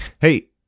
Hey